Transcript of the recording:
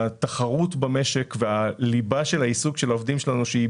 התחרות במשק והליבה של העיסוק שלה העובדים שלנו שהיא